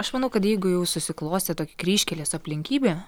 aš manau kad jeigu jau susiklostė tokia kryžkelės aplinkybė